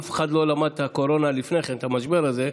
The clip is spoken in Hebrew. אף אחד לא למד את הקורונה לפני כן, את המשבר הזה,